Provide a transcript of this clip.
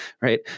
right